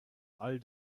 all